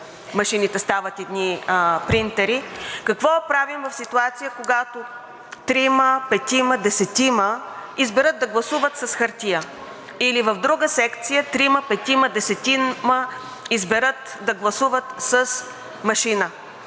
машините стават едни принтери, какво правим в ситуация, когато трима, петима, десетима изберат да гласуват с хартия или в друга секция трима, петима, десетима изберат да гласуват с машина?